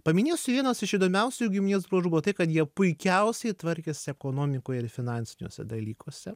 paminėsiu vienas iš įdomiausių jų giminės bruožų buvo tai kad jie puikiausiai tvarkėsi ekonomikoje ir finansiniuose dalykuose